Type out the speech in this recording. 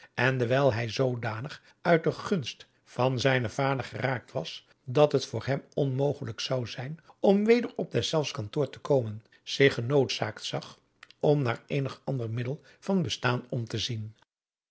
en dewijl hij zoodanig uit de gunst van zijnen vader geraakt was dat het voor hem onmogelijk zou zijn om weder op deszelfs kantoor te komen zich genoodzaakt zag om naar eenig ander middel van bestaan om te zien